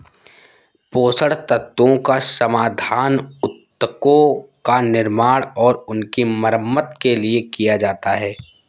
पोषक तत्वों का समाधान उत्तकों का निर्माण और उनकी मरम्मत के लिए किया जाता है